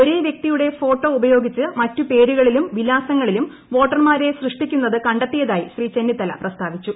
ഒരേ വ്യക്തിയു്ടെ ഫോട്ടോ ഉപയോഗിച്ച് മറ്റ് പേരുകളിലും വിലാസങ്ങളിലും വോട്ടർമാരെ സൃഷ്ടിക്കുന്നത് കണ്ടെത്തിയതായി ശ്രീ ്ല്ച്ന്നിത്തല പ്രസ്താവിച്ചു